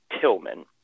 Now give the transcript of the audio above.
tillman